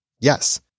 Yes